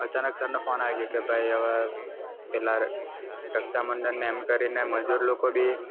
અચાનક સરનો ફોન આવી ગયો કે ભાઈ હવે પેલા રક્ષાબંધનને એમ કરીને મજૂર લોકો બી